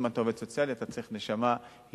אם אתה עובד סוציאלי אתה צריך נשמה יתירה,